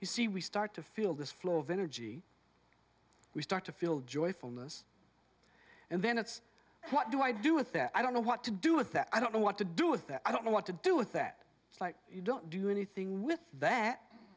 you see we start to feel this flow of energy we start to feel joyfulness and then it's what do i do with that i don't know what to do with that i don't know what to do with that i don't know what to do with that it's like you don't do anything with that